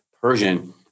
Persian